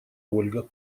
ольга